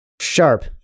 Sharp